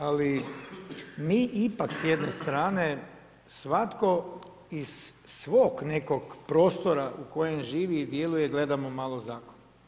Ali mi ipak s jedne strane svatko iz svog nekog prostora u kojem živi i djeluje gledamo malo zakon.